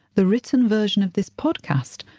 the written version of this podcast,